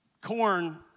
corn